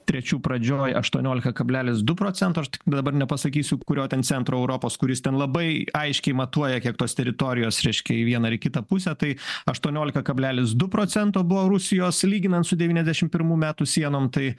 trečių pradžioj aštuoniolika kablelis du procento aš dabar nepasakysiu kurio ten centro europos kuris ten labai aiškiai matuoja kiek tos teritorijos reiškia į vieną ar į kitą pusę tai aštuoniolika kablelis du procento buvo rusijos lyginant su devyniasdešimt pirmų metų sienom tai